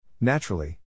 Naturally